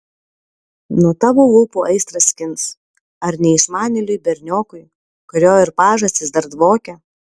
nuo tavo lūpų aistrą skins ar neišmanėliui berniokui kurio ir pažastys dar dvokia